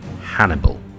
Hannibal